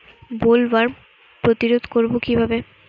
Bollworm প্রতিরোধ করব কি করে?